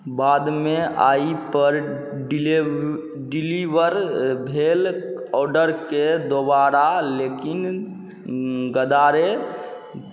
बादमे एहिपर delay deliver भेल ऑडरकेँ दोबारा लेकिन गदारे